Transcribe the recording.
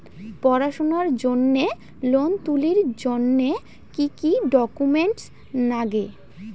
পড়াশুনার জন্যে লোন তুলির জন্যে কি কি ডকুমেন্টস নাগে?